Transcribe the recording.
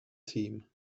team